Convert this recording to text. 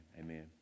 amen